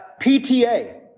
PTA